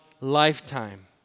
lifetime